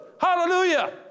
Hallelujah